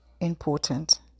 important